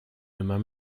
immer